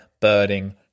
birding